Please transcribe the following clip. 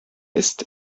ist